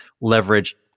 leverage